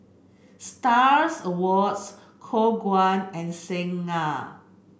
Stars Awards Khong Guan and Singha